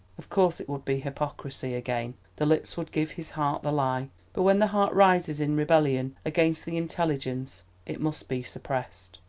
of course it would be hypocrisy again, the lips would give his heart the lie but when the heart rises in rebellion against the intelligence it must be suppressed.